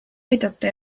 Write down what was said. aidata